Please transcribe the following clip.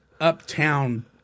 Uptown